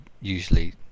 usually